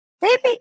baby